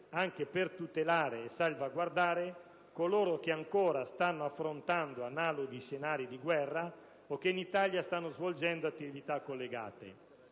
anche per tutelare e salvaguardare coloro che ancora stanno affrontando analoghi scenari di guerra, o che in Italia stanno svolgendo attività collegate.